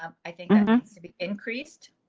i think needs to be increased